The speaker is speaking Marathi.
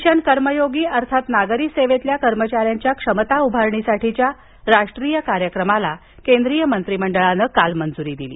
मिशन कर्मयोगी मिशन कर्मयोगी अर्थात् नागरी सेवेतील कर्मचाऱ्यांच्या क्षमता उभारणीसाठीच्या राष्ट्रीय कार्यक्रमाला केंद्रीय मंत्रीमंडळानं काल मंजुरी दिली